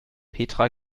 petra